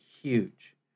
huge